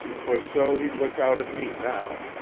twas so he looked out at me now.